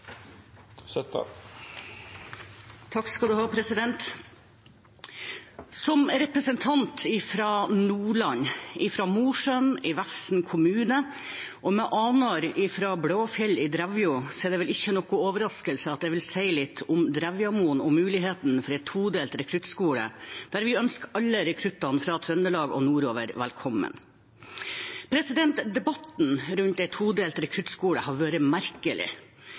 Som representant for Nordland, fra Mosjøen i Vefsn kommune og med aner fra Blåfjell i Drevja, er det nok ingen overraskelse at jeg vil si litt om Drevjamoen og muligheten for en todelt rekruttskole, der vi ønsker alle rekruttene fra Trøndelag og nordover velkommen. Debatten rundt en todelt rekruttskole har vært merkelig.